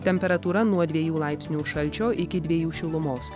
temperatūra nuo dviejų laipsnių šalčio iki dviejų šilumos